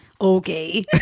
okay